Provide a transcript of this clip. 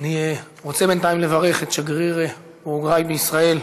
אני רוצה בינתיים לברך את שגריר פרגוואי בישראל,